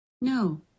no